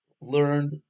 learned